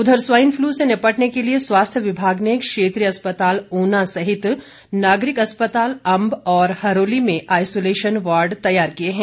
उधर swine flu से निपटने के लिए स्वास्थ्य विभाग ने क्षेत्रीय अस्पताल ऊना सहित नागरिक अस्पताल अंब और हरोली में आइसोलेशन वार्ड तैयार किए हैं